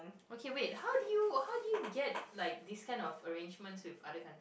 okay wait how do you how do you get like this kind of arrangement with other countries